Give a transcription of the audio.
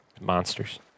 monsters